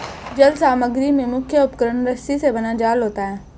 जल समग्री में मुख्य उपकरण रस्सी से बना जाल होता है